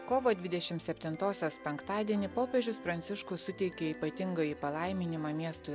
kovo dvidešim septintosios penktadienį popiežius pranciškus suteikė ypatingąjį palaiminimą miestui